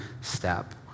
step